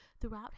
throughout